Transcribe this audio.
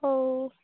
ହଉ